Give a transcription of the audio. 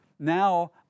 Now